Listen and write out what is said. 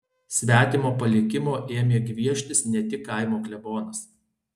svetimo palikimo ėmė gvieštis ne tik kaimo klebonas